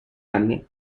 anni